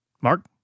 Mark